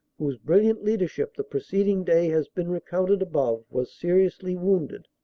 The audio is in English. whose bril liant leadership the preceding day has been recounted above, was seriously wounded.